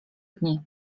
dni